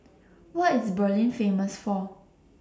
What IS Berlin Famous For